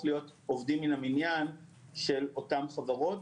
להיות עובדים מהמניין של אותן חברות.